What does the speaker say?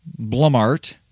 Blumart